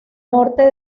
norte